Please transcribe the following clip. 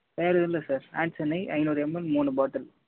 வேறு எதுவும் இல்லை சார் ஹேட்சன் நெய் ஐந்நூறு எம்எல் மூணு பாட்டில்